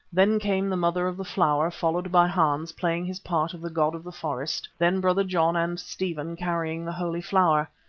then came the mother of the flower, followed by hans, playing his part of the god of the forest then brother john and stephen carrying the holy flower.